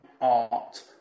art